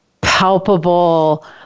palpable